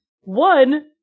One